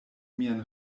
mian